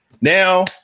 now